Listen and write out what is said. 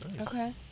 Okay